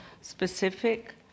specific